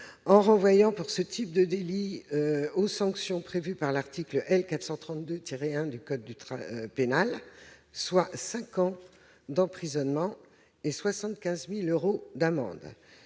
en renvoyant, pour ce type de délit, aux sanctions prévues par l'article 432-1 du code pénal, soit cinq ans d'emprisonnement et 75 000 euros d'amende.